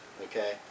okay